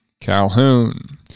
Calhoun